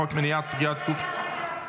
עבריין מין לסביבת נפגע העבירה (תיקון מס' 10(,